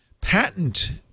patent